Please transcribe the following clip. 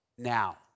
Now